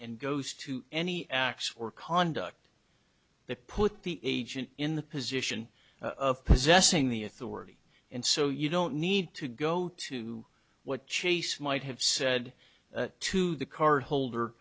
and goes to any acts or conduct that put the agent in the position of possessing the authority and so you don't need to go to what chase might have said to the car